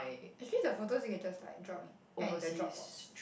actually the photos you can just like drop and in the drop box